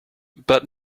but